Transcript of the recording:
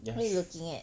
what you looking at